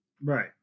Right